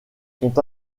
sont